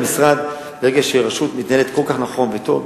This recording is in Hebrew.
ברגע שרשות מתנהלת כל כך נכון וטוב,